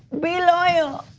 be loyal,